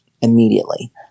immediately